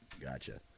Gotcha